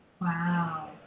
Wow